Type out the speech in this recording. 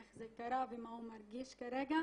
איך זה קרה ומה הוא מרגיש כרגע